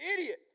idiot